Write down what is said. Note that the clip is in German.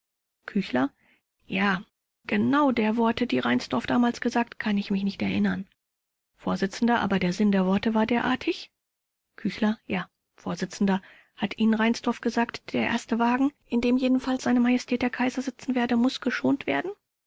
küchler ja genau der worte die reinsdorf damals gesagt kann ich mich nicht erinnern vors aber der sinn der worte war derartig k ja vors hat ihnen reinsdorf gesagt der erste wagen in dem jedenfalls se majestät der kaiser sitzen werde muß geschont werden